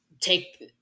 take